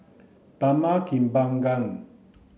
Taman Kembangan